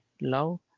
Love